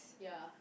ya